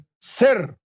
Sir